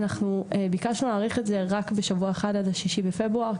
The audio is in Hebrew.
אנחנו ביקשנו להאריך את זה רק בשבוע אחד עד ה-6 בפברואר,